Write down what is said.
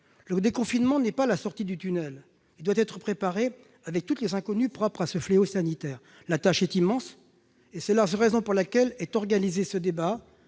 Le déconfinement, qui n'est pas la sortie du tunnel, doit être préparé avec toutes les inconnues propres à ce fléau sanitaire. La tâche est immense, et c'est la raison pour laquelle est organisé ce débat